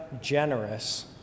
generous